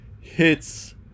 hits